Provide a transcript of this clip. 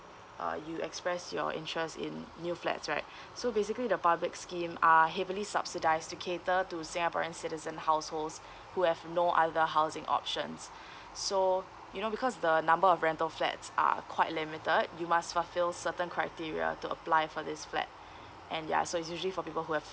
uh you express your interest in new flats right so basically the public scheme are heavily subsidized to cater to singaporean citizen households who have no other housing options so you know because the number of rental flats are quite limited you must fulfill certain criteria to apply for this flat and ya so it's usually for people who have